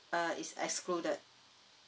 uh is excluded